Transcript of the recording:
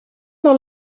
dans